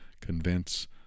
convince